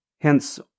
Hence